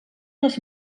les